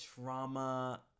trauma